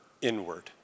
inward